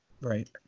Right